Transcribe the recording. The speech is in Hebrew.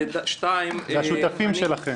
אלה השותפים שלכם.